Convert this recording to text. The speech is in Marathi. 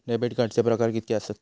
डेबिट कार्डचे प्रकार कीतके आसत?